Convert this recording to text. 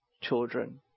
children